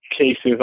cases